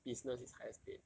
business is highest paid